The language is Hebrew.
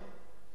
זה היה קשה.